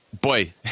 Boy